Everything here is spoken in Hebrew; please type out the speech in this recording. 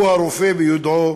הרופא, ביודעו